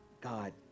god